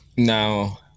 Now